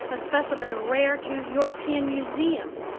a specimen rare to european museums,